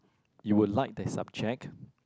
you would like that subject